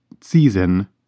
season